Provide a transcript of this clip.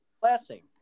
blessing